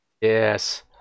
Yes